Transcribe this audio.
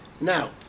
Now